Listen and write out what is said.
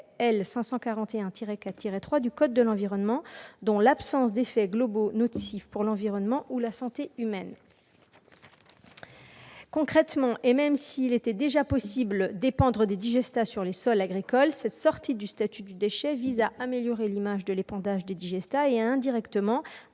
541-4-3 du code de l'environnement, dont l'absence d'effets globaux nocifs pour l'environnement ou la santé humaine. Concrètement, et même s'il était déjà possible d'épandre des digestats sur les sols agricoles, cette sortie du statut de déchets vise à améliorer l'image de l'épandage des digestats et, indirectement,